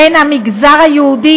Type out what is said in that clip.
במגזר היהודי,